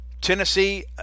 Tennessee